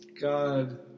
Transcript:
God